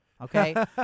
okay